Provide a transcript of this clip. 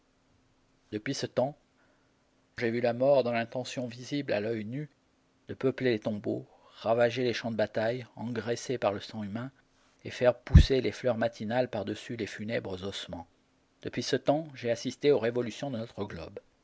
depuis ce temps j'ai vu la mort dans l'intention visible à l'oeil nu de peupler les tombeaux ravager les champs de bataille engraissés par le sang humain et faire pousser des fleurs matinales par-dessus les funèbres ossements depuis ce temps j'ai assisté aux révolutions de notre globe